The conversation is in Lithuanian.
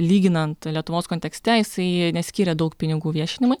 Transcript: lyginant lietuvos kontekste jisai neskyrė daug pinigų viešinimui